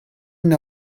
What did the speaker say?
neu